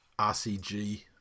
RCG